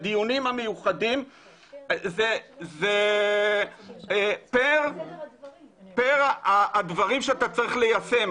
בדיונים המיוחדים זה פר הדברים שאתה צריך ליישם.